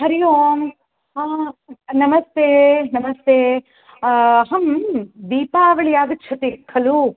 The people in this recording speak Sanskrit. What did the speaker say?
हरिः ओं हा नमस्ते नमस्ते अहं दीपावलिः आगच्छति खलु